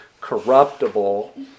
corruptible